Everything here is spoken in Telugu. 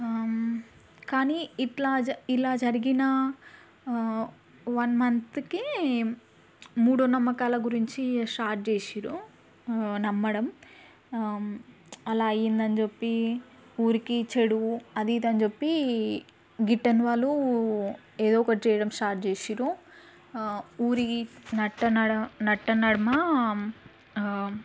కానీ ఇట్లా ఇలా జరిగిన వన్ మంత్కి మూఢనమ్మకాల గురించి స్టార్ట్ చేసారు నమ్మడం అలా అయిందని చెప్పి ఊరికి చెడు అది ఇది అని చెప్పి గిట్టని వాళ్లు ఏదో ఒకటి చేయడం స్టార్ట్ చేసారు ఊరి నట్ట నడ నట్టనడుమ